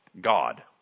god